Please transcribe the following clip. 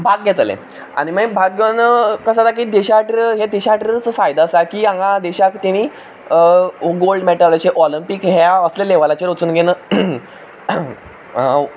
भाग घेतले आनी मागीर भाग घेवन कशें आसा देशा खातीर हें देशा खातीर फायदो आसा की हांगा देशाक तेणी गॉल्ड मॅडल अशें ऑलिंपिक ह्या असल्या लेव्हलाचेर वचून घेवन